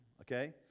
Okay